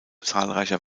zahlreicher